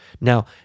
now